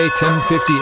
1050